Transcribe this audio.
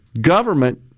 government